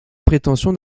prétention